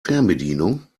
fernbedienung